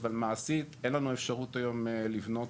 אבל מעשית אין לנו אפשרות היום לבנות